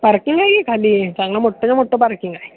parking आहे की खाली चांगलं मोठंच्या मोठं पार्किंग आहे